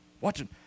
Watching